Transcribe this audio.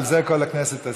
על זה כל הכנסת תסכים.